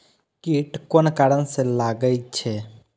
कीट कोन कारण से लागे छै?